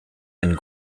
and